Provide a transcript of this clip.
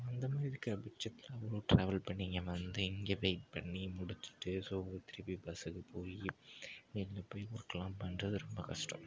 so இந்த மாதிரி இருக்கிற பட்சத்தில் அவ்வளோ ட்ராவல் பண்ணி இங்கே வந்து இங்கே வெயிட் பண்ணி முடிச்சிவிட்டு ஸோ திருப்பி பஸ்ஸுக்கு போய் இப்படி போய் ஒர்க்லாம் பண்ணுறது ரொம்ப கஷ்டம்